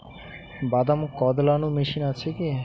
বাদাম কদলানো মেশিন আছেকি?